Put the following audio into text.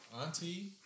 Auntie